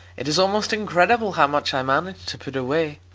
it is almost incredible how much i managed to put away!